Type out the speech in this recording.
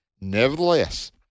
Nevertheless